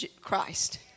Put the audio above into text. Christ